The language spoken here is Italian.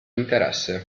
interesse